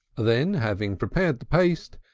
then, having prepared the paste,